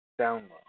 Download